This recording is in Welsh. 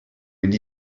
mynd